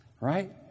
right